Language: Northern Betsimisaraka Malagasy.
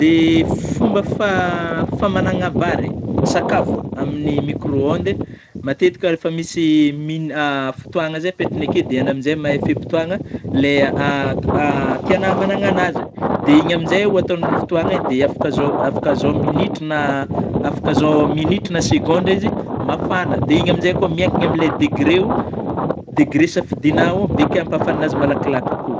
De fomba fa-famagnagna vary eh, sakafo, amin'ny micro-onde matetiky refa misy mina fitoagna zay apetagny akeo dia enao amin'izay mahay fehim'potôana ilay tiagnao hamagnagna an'azy, dia iny amin'izay atao amin'io fotoagna io de afaka zao, afaka zao minitra ,na afaka zao minitry na segondra izy mafana, de igny amin'izay koa miankina amin'ilay degreo, degré safidinao beka ampafana azy malakilaky kokoa.